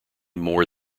more